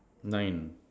nine